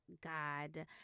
God